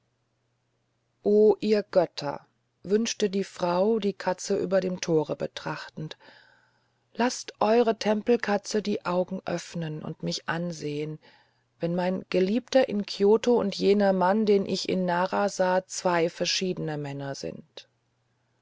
o ihr götter wünschte die frau die katze über dem tor betrachtend laßt eure tempelkatze die augen öffnen und mich ansehen wenn mein geliebter in kioto und jener mann den ich in nara sah zwei verschiedene männer sind